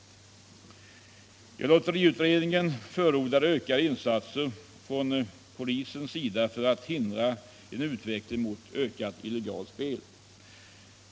Lotteriutredningen förordade ökade insatser från polisens sida för att hindra en utveckling mot ökat illegalt spel.